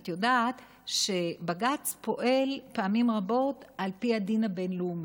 את יודעת שבג"ץ פועל פעמים רבות על פי הדין הבין-לאומי.